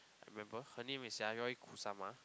I remember her name is Yayoi Kusama